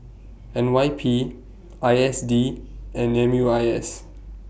N Y P I S D and M U I S